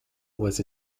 was